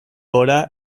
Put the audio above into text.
gora